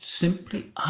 simply